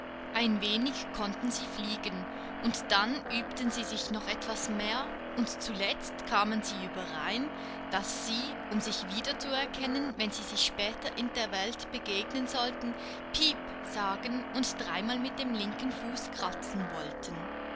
ein wenig konnten sie fliegen und dann übten sie sich noch etwas mehr und zuletzt kamen sie überein daß sie um sich wieder zu erkennen wenn sie sich später in der welt begegnen sollten piep sagen und dreimal mit dem linken fuß kratzen wollten